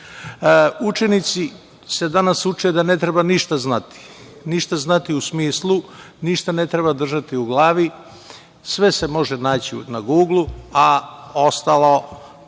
Učenici se danas uče da ne treba ništa znati, ništa znati, u smislu da ništa ne treba držati u glavi, sve se može naći na „Guglu“, a ostalo